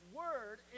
word